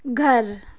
گھر